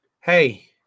Hey